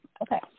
Okay